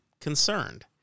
concerned